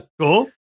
Cool